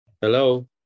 hello